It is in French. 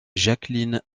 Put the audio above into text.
jacqueline